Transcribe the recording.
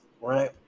right